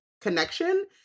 connection